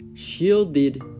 shielded